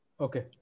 okay